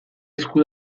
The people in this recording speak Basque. esku